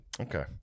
Okay